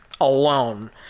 alone